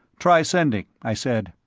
try sending, i said.